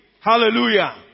Hallelujah